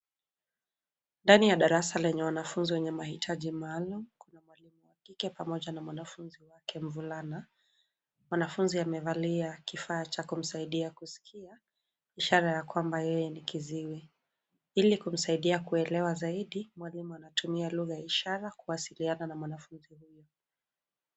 Ndani ya darasa lenye wanafunzi wenye maitaji maalum kuna mwalimu wa kike pamoja na mwanafunzi wake mvulana. Mwanafunzi amevalia kifaa cha kumsaidia kusikia ishara kwamba yeye ni kiziwi .Ili kumsaidia kuelewa zaidi mwalimu anatumia lugha ya ishara kuwasiliana na mwanafunzi huyo.